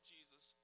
Jesus